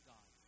God